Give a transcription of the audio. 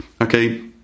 Okay